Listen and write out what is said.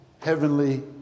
heavenly